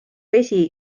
vesi